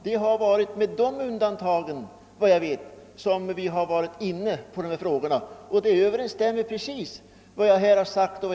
Det är med dessa undantag som vi diskuterat dessa frågor. Det överensstämmer precis med vad jag här har sagt i mitt anförande.